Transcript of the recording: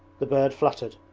the bird fluttered,